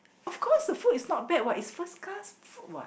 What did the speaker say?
of course the food is not bad what is first class food what